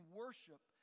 worship